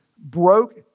broke